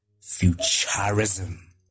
futurism